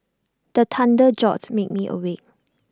the thunder jolt me me awake